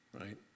Right